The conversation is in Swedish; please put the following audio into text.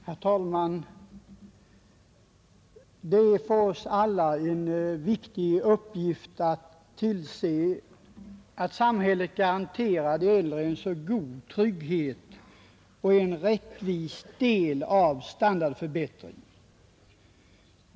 Herr talman! Det är för oss alla en viktig uppgift att tillse att samhället garanterar de äldre en god trygghet och en rättvis del av standardförbättringen.